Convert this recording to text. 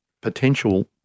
potential